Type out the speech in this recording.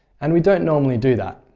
and we don't normally do that.